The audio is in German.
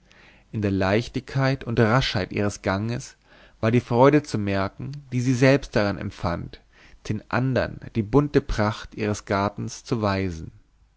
in der leichtigkeit und raschheit ihres gangs war die freude zu merken die sie selbst daran empfand den andern die bunte pracht ihres gartens zu weisen